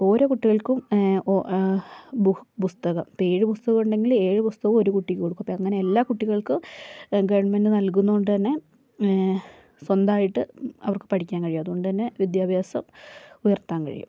ഓരോ കുട്ടികൾക്കും ഓ പുസ്തകം ഇപ്പോൾ ഏഴ് പുസ്തകം ഉണ്ടെങ്കിൽ എഴു പുസ്തകവും ഒരു കുട്ടിക്ക് കൊടുക്കും അപ്പം അങ്ങനെ എല്ലാ കുട്ടികൾക്കും ഗവൺമെൻറ് നല്കുന്നതുകൊണ്ട് തന്നെ സ്വന്തമായിട്ട് അവർക്ക് പഠിക്കാൻ കഴിയും അതുകൊണ്ടു തന്നെ വിദ്യാഭ്യാസം ഉയർത്താൻ കഴിയും